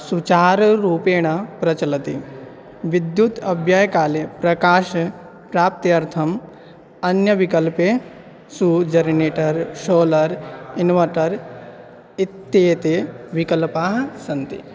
सुचाररूपेण प्रचलति विद्युत् अव्यायकाले प्रकाशं प्राप्त्यर्थम् अन्यविकल्पेषु जरिनेटर् शोलर् इन्वर्टर् इत्येते विकल्पाः सन्ति